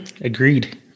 Agreed